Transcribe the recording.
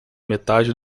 metade